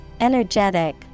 energetic